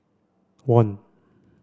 one